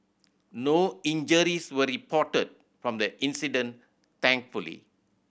no injuries were reported from the incident thankfully